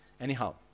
Anyhow